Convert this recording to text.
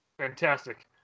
Fantastic